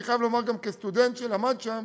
אני חייב לומר גם כסטודנט שלמד שם,